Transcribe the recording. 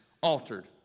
altered